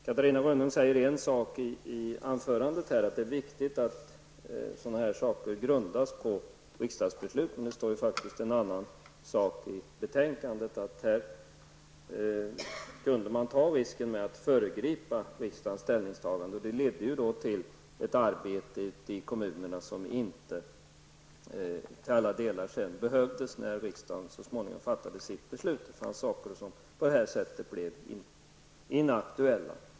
Catarina Rönnung sade i sitt anförande att det är viktigt att sådana här saker grundas på riksdagsbeslut, men det står faktiskt någonting annat i betänkandet. Här kunde man ta risken att föregripa riksdagens ställningstagande, vilket ledde till ett arbete i kommunerna som inte till alla delar var nödvändigt, när riksdagen så småningom fattade sitt beslut. På det sättet blev vissa saker inaktuella.